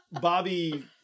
Bobby